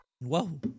Whoa